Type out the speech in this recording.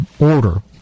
order